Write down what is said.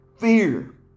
fear